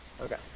Okay